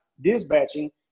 dispatching